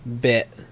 bit